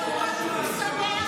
עליזה, עד שעובר פה משהו בהסכמה,